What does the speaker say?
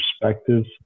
perspectives